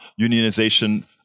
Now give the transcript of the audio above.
Unionization